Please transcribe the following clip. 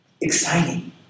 exciting